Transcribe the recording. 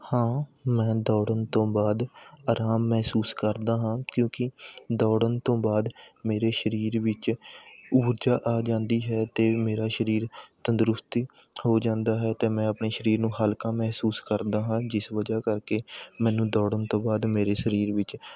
ਹਾਂ ਮੈਂ ਦੌੜਨ ਤੋਂ ਬਾਅਦ ਅਰਾਮ ਮਹਿਸੂਸ ਕਰਦਾ ਹਾਂ ਕਿਉਂਕਿ ਦੌੜਨ ਤੋਂ ਬਾਅਦ ਮੇਰੇ ਸਰੀਰ ਵਿੱਚ ਊਰਜਾ ਆ ਜਾਂਦੀ ਹੈ ਅਤੇ ਮੇਰਾ ਸਰੀਰ ਤੰਦਰੁਸਤੀ ਹੋ ਜਾਂਦਾ ਹੈ ਅਤੇ ਮੈਂ ਆਪਣੇ ਸਰੀਰ ਨੂੰ ਹਲਕਾ ਮਹਿਸੂਸ ਕਰਦਾ ਹਾਂ ਜਿਸ ਵਜ੍ਹਾ ਕਰਕੇ ਮੈਨੂੰ ਦੌੜਨ ਤੋਂ ਬਾਅਦ ਮੇਰੇ ਸਰੀਰ ਵਿੱਚ